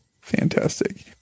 Fantastic